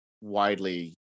widely